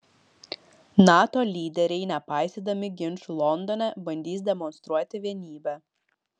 nato lyderiai nepaisydami ginčų londone bandys demonstruoti vienybę